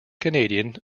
canadian